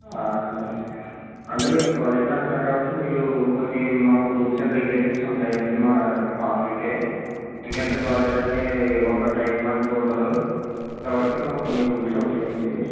ఆధార్ అంటే మీరు ప్రాజెక్ట్ అంట్నారు కాబట్టి మీరు కొన్ని మాకు రూల్స్ అండ్ రెగ్యులేషన్స్ ఉంటాయండి మా హాస్టల్కి ఎందుకంటే ప్రాజెక్ట్ అని ఒక టైం అంటూ ఉండదు కాబట్టి మాకు కొన్ని రూల్స్ ఉంటాయండి